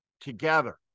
together